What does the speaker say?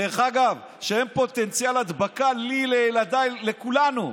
דרך אגב, הם פוטנציאל הדבקה לי, לילדיי, לכולנו.